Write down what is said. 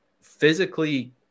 physically